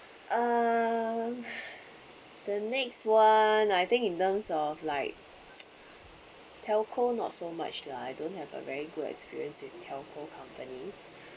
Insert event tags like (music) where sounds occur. uh the next one I think in terms of like (noise) telco not so much lah I don't have a very good experience with telco companies